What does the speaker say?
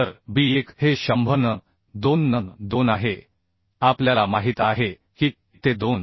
तर B 1 हे 100n2 n 2 आहे आपल्याला माहित आहे की ते 2